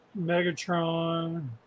Megatron